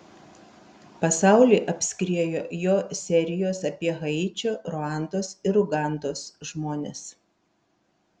pasaulį apskriejo jo serijos apie haičio ruandos ir ugandos žmones